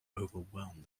overwhelmed